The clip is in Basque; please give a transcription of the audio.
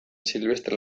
silvestre